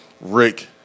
Rick